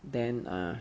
then err